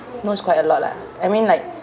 knows quite a lot lah I mean like